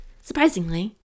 surprisingly